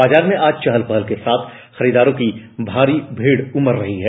बाजार में आज चहल पहल के साथ खरीददारों की भारी भीड़ उमड़ रही है